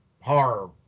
horror